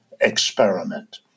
experiment